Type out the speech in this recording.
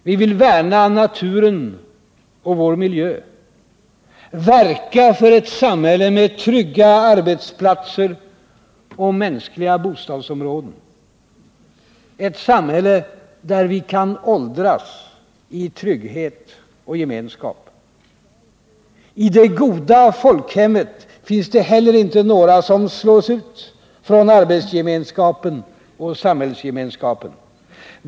Vi vill värna naturen och vår miljö, verka för ett samhälle med trygga arbetsplatser och mänskligare bostadsområden, ett samhälle där vi kan åldras i trygghet och gemenskap. I det goda folkhemmet finns det heller inte några som slås ut från arbetsgemenskapen och samhällsgemenskapen.